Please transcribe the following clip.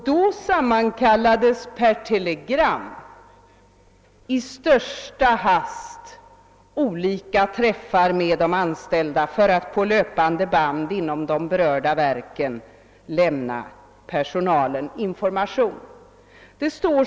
Då sammankallades per telegram i största hast träffar med de anställda inom de berörda verken för att på löpande band lämna dem information.